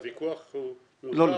הוויכוח הוא --- לא,